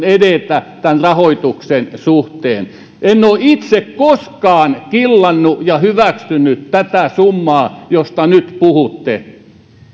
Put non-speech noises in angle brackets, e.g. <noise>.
<unintelligible> edetä tämän rahoituksen suhteen en ole itse koskaan killannut ja hyväksynyt tätä summaa josta nyt puhutte